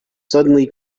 suddenly